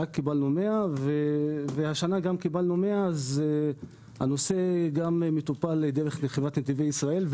קיבלנו 100 וגם השנה קיבלנו 100. הנושא מטופל גם דרך נתיבי ישראל,